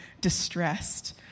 distressed